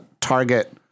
target